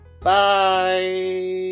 Bye